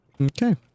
okay